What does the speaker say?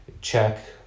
check